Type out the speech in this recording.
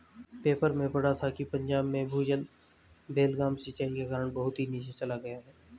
paper में पढ़ा था कि पंजाब में भूजल बेलगाम सिंचाई के कारण बहुत नीचे चल गया है